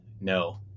no